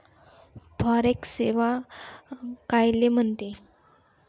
Forex सेवा कायले म्हनते?